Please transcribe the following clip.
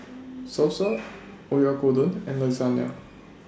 Salsa Oyakodon and Lasagna